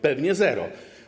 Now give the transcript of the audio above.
Pewnie zero.